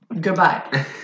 Goodbye